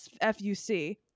f-u-c